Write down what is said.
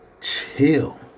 Chill